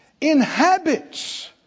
Inhabits